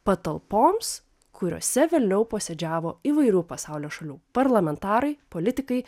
patalpoms kuriose vėliau posėdžiavo įvairių pasaulio šalių parlamentarai politikai